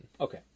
okay